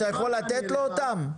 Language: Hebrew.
אתה יכול לתת לו אותם?